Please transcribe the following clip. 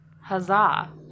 Huzzah